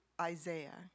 Isaiah